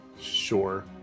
sure